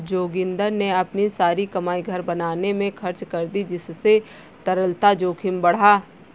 जोगिंदर ने अपनी सारी कमाई घर बनाने में खर्च कर दी जिससे तरलता जोखिम बढ़ा